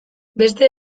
beste